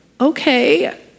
Okay